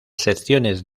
secciones